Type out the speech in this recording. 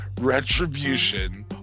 Retribution